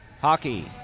Hockey